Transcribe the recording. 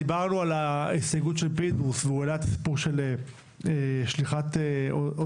דיברנו על ההסתייגות של פינדרוס והוא העלה את הסיפור של שליחת הודעה,